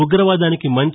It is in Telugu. ఉగ్రవాదానికి మంచి